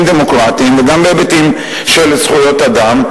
דמוקרטיים וגם בהיבטים של זכויות אדם.